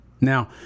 Now